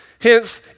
Hence